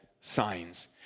signs